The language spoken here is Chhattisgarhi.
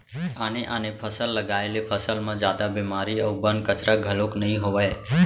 आने आने फसल लगाए ले फसल म जादा बेमारी अउ बन, कचरा घलोक नइ होवय